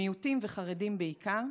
מיעוטים וחרדים בעיקר,